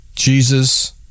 jesus